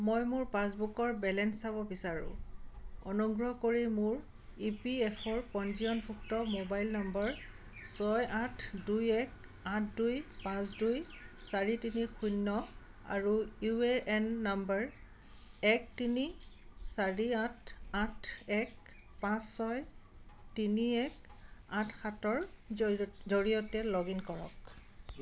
মই মোৰ পাছবুকৰ বেলেঞ্চ চাব বিচাৰোঁ অনুগ্ৰহ কৰি মোৰ ই পি এফ অ'ৰ পঞ্জীয়নভুক্ত মোবাইল নম্বৰ ছয় আঠ দুই এক আঠ দুই পাঁচ দুই চাৰি তিনি শূন্য আৰু ইউ এ এন নম্বৰ এক তিনি চাৰি আঠ আঠ এক পাঁচ ছয় তিনি এক আঠ সাতৰ জয়ি জৰিয়তে লগ ইন কৰক